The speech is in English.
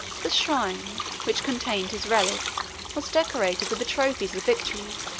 the shrine which contained his relics was decorated with the trophies of victory,